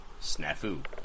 Snafu